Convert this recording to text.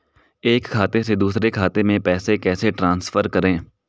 एक खाते से दूसरे खाते में पैसे कैसे ट्रांसफर करें?